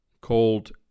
called